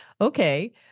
Okay